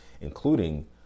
including